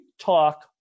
talk